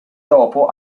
dopo